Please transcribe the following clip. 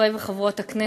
חברי וחברות הכנסת,